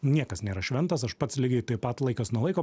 niekas nėra šventas aš pats lygiai taip pat laikas nuo laiko